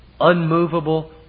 unmovable